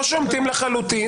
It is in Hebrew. לא שומטים לחלוטין.